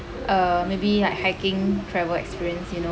uh maybe like hiking travel experience you know